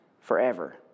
forever